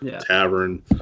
tavern